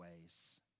ways